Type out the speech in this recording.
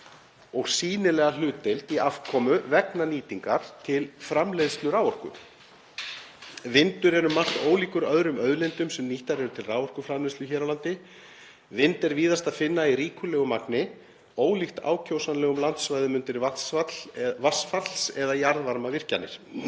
og sýnilega hlutdeild í afkomu vegna nýtingar til framleiðslu raforku. Vindur er um margt ólíkur öðrum auðlindum sem nýttar eru til raforkuframleiðslu hér á landi. Vind er víðast að finna í ríkulegu magni, ólíkt ákjósanlegum landsvæðum undir vatnsfalls eða jarðvarmavirkjanir.